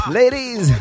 ladies